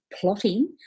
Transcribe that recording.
plotting